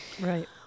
right